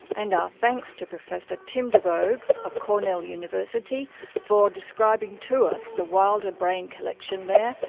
and our thanks to professor tim devoogd of cornell university for describing to us the wilder brain collection there,